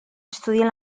estudien